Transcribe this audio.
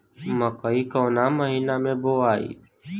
मकई कवना महीना मे बोआइ?